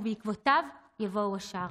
ובעקבותיהם יבואו השאר.